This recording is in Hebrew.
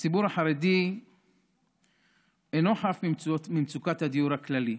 הציבור החרדי אינו חף ממצוקת הדיור הכללית,